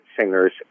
singers